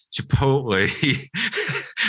Chipotle